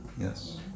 yes